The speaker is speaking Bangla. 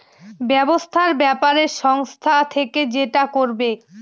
ব্যবসার ব্যাপারে সংস্থা থেকে যেটা করবে